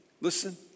listen